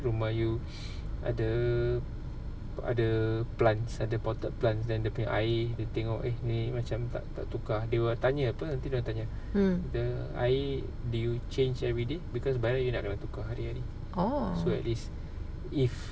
mm orh